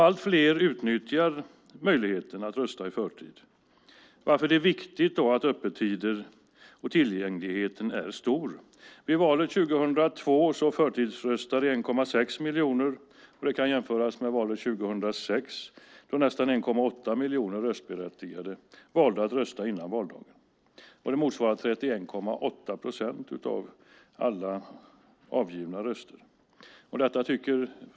Allt fler utnyttjar möjligheten att rösta i förtid, varför det är viktigt att tillgängligheten vad gäller öppettider är stor. Vid valet 2002 förtidsröstade 1,6 miljoner. Det kan jämföras med valet 2006 då nästan 1,8 röstberättigade valde att rösta innan valdagen. Det motsvarar 31,8 procent av alla avgivna röster.